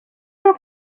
mania